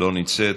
לא נמצאת.